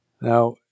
Now